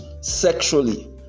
sexually